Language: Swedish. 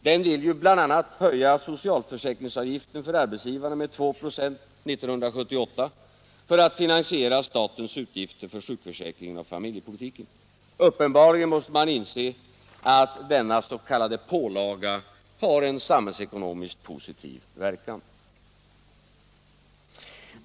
Den vill ju bl.a. höja socialförsäkringsavgifterna för arbetsgivarna med 2 96 1978 för att finansiera statens utgifter för sjukförsäkringen och familjepolitiken. Uppenbarligen måste man inse att denna s.k. pålaga har en samhällsekonomiskt positiv verkan.